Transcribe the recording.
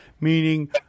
meaning